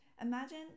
imagine